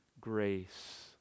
grace